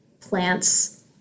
plants